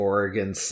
Oregon